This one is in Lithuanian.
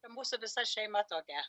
mūsų visa šeima tokia